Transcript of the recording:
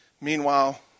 Meanwhile